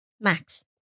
Max